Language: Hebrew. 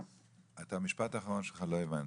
את המשפט האחרון שלך לא הבנתי.